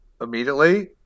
immediately